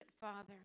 father